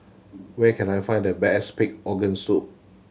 where can I find the best pig organ soup